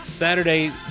Saturday